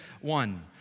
one